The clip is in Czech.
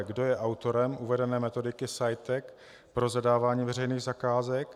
Kdo je autorem uvedené metodiky CEITEC pro zadávání veřejných zakázek?